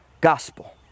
gospel